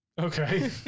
Okay